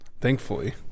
Thankfully